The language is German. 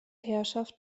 herrschaft